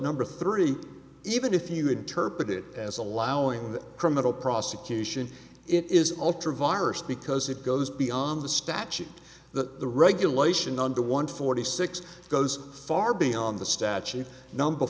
number three even if you interpret it as allowing the criminal prosecution it is ultra vires because it goes beyond the statute that the regulation under one forty six goes far beyond the statute number